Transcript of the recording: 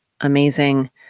amazing